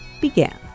began